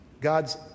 God's